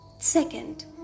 Second